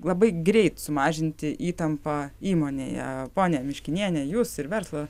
labai greit sumažinti įtampą įmonėje ponia miškiniene jūs ir verslą